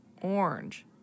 orange